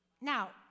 Now